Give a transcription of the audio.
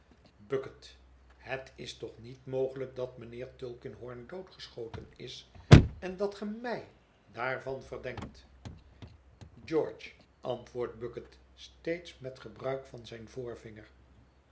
bucket het is toch niet mogelijk dat mijnheer tulkinghorn doodgeschoten is en dat ge m ij daarvan verdenkt george antwoordt bucket steeds met gebruik van zijn